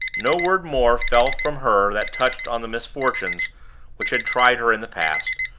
no word more fell from her that touched on the misfortunes which had tried her in the past,